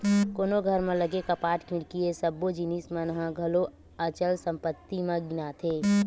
कोनो घर म लगे कपाट, खिड़की ये सब्बो जिनिस मन ह घलो अचल संपत्ति म गिनाथे